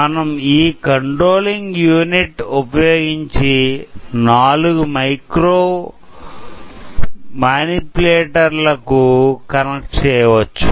మనం ఈ controlling unit ఉపయోగించి నాలుగు మైక్రోమానిప్యులేటర్ ల కు కనెక్ట్ చేయవచ్చు